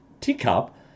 Teacup